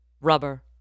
rubber